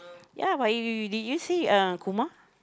ya but y~ y~ y~ did you see uh Kumar